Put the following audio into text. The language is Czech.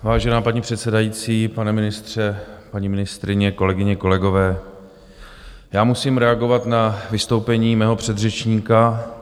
Vážená paní předsedající, pane ministře, paní ministryně, kolegyně, kolegové, já musím reagovat na vystoupení mého předřečníka.